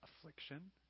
Affliction